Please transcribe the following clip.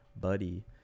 buddy